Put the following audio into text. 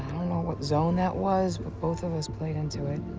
i don't know what zone that was, but both of us played into it.